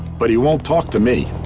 but he won't talk to me.